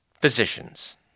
physicians